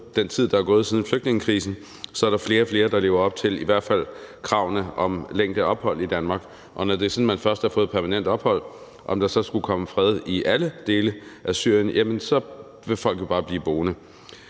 den tid, der er gået siden flygtningekrisen, så er der flere og flere, der lever op til i hvert fald kravene om længde af ophold i Danmark, og når det er sådan, at man først har fået permanent ophold, om der så skulle komme fred i alle dele af Syrien, så vil folk jo bare blive boende.